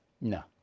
No